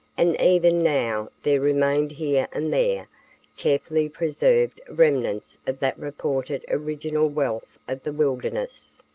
and even now there remained here and there carefully preserved remnants of that reported original wealth of the wilderness.